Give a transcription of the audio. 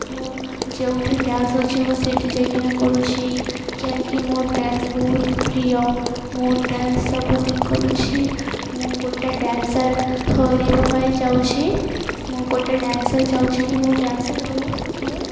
ମୁଁ ଯେଉଁଠି ଡ଼୍ୟାନ୍ସ ଅଛି ମୁଁ ସେଇଠି ଯାଇକିନା କରୁଛି କାହିଁକି ମୋର ଡ଼୍ୟାନ୍ସ ବହୁତ ପ୍ରିୟ ମୋ ଡ଼୍ୟାନ୍ସ ସବୁଦିନ କରୁଛି ମୁଁ ଗୋଟେ ଡ଼୍ୟାନ୍ସର୍ ହୋଇବା ପାଇଁ ଚାହୁଁଛି ମୁଁ ଗୋଟେ ଡ଼୍ୟାନ୍ସର୍ ଚାହୁଁଛି କି ମୋ ଡ଼୍ୟାନ୍ସର୍ ହେଉ ମୁଁ